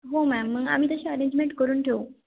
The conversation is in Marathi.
हो मॅम मग आम्ही तशी अरेंजमेंट करून ठेऊ